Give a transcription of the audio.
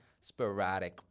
sporadic